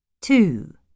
Two